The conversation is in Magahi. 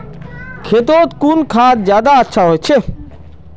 खेतोत कुन खाद ज्यादा अच्छा होचे?